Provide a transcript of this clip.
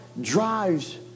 drives